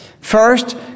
First